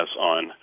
on